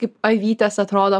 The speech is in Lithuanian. kaip avytės atrodo